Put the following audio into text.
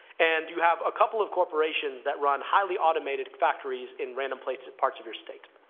and you have a couple of corporations that run highly-automated factories in random parts parts of your state.